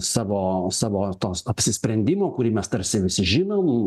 savo savo tos apsisprendimo kurį mes tarsi visi žinom